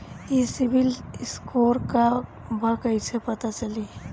ई CIBIL score का बा कइसे पता चली?